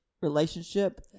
relationship